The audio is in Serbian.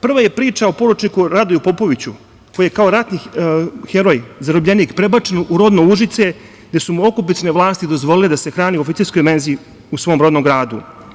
Prva je priča o poručniku Radoju Popoviću koji je kao ratni heroj, zarobljenik prebačen u rodno Užice gde su mu okupacione vlasti dozvolile da se hrani u oficirskoj menzi u svom rodnom gradu.